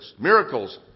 Miracles